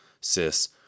cis